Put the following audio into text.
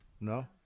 No